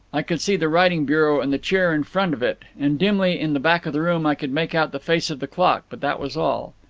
i could see the writing bureau and the chair in front of it, and dimly in the back of the room i could make out the face of the clock, but that was all.